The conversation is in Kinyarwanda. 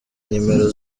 nimero